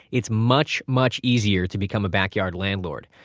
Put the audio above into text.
it's much much easier to become a backyard landlord.